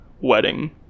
wedding